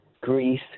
greece